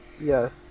Yes